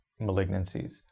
malignancies